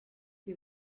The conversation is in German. wie